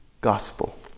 Gospel